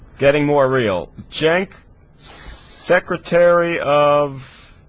getting morial check secretary of